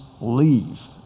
leave